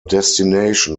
destination